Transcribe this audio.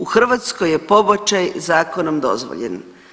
U Hrvatskoj je pobačaj zakonom dozvoljen.